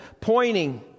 pointing